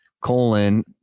colon